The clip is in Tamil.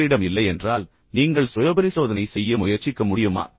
உங்களிடம் இல்லையென்றால் நீங்கள் சுயபரிசோதனை செய்ய முயற்சிக்க முடியுமா